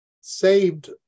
saved